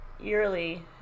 yearly